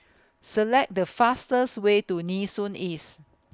Select The fastest Way to Nee Soon East